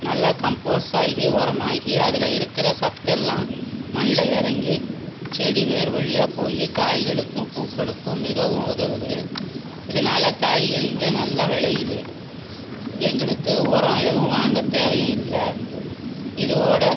நல்ல கம்போஸ் ஆகி உரம் ஆகி அதில் இருக்கிற சத்து எல்லாம் மண்ணில் இறங்கி செடி வேர் வழியாக போயி காய்களுக்கும் பூக்களுக்கும் மிகவும் உதவுது இதனால் காய்கறிங்கள் நல்லா விளையுது எங்களுக்கு உரம் எதுவும் வாங்க தேவையும் இல்லை இதுவோடு